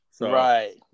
Right